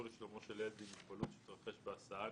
לשלומו של ילד עם מוגבלות שהתרחש בהסעה.